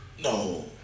No